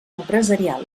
empresarial